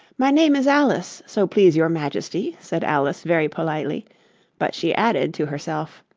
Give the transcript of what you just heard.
my name is alice, so please your majesty said alice very politely but she added, to herself,